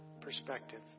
perspective